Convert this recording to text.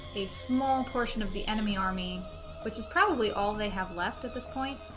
a small portion of the enemy army which is probably all they have left at this point